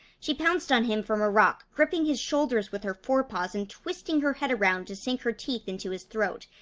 she pounced on him from a rock, gripping his shoulders with her fore paws and twisting her head around to sink her teeth into his throat.